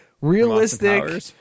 realistic